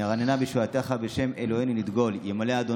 נרננה בישועתך ובשם אלהינו נדגל, ימלא יהוה